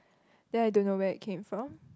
then I don't know where it came from